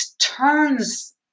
turns